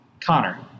Connor